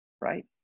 right